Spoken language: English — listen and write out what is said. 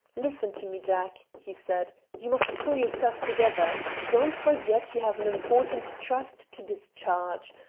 listen to me, jack, he said. you must pull yourself together. don't forget you have an important trust to discharge.